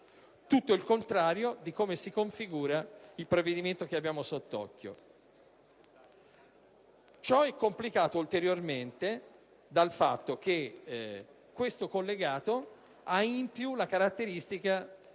Tutto il contrario di come si configura il provvedimento al nostro esame. Ciò è complicato ulteriormente dal fatto che questo collegato possiede anche la caratteristica di